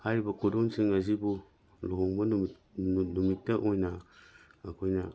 ꯍꯥꯏꯔꯤꯕ ꯈꯨꯗꯣꯟꯁꯤꯡ ꯑꯁꯤꯕꯨ ꯂꯨꯍꯣꯡꯕ ꯅꯨꯃꯤꯠꯇ ꯑꯣꯏꯅ ꯑꯩꯈꯣꯏꯅ